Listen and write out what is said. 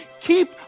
keep